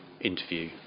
interview